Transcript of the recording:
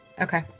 Okay